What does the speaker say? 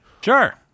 Sure